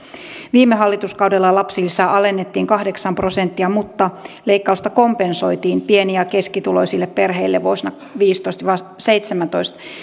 viime hallituskaudella lapsilisää alennettiin kahdeksan prosenttia mutta leikkausta kompensoitiin pieni ja keskituloisille perheille vuosille viisitoista viiva seitsemäntoista